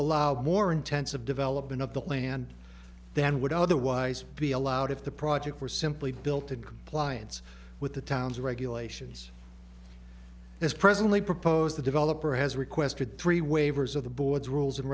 allow more intensive development of the land than would otherwise be allowed if the project were simply built in compliance with the town's regulations as presently proposed the developer has requested three waivers of the board's rules and